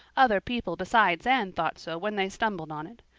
other people besides anne thought so when they stumbled on it.